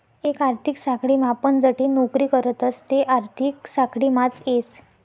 एक आर्थिक साखळीम आपण जठे नौकरी करतस ते आर्थिक साखळीमाच येस